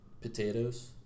Potatoes